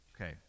Okay